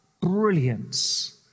brilliance